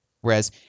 Whereas